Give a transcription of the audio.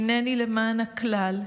הינני למען הכלל,